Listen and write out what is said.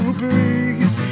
please